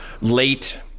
late